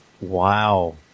Wow